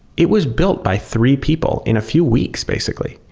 it was built by three people in a few weeks basically,